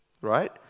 right